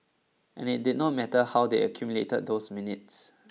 and it did not matter how they accumulated those minutes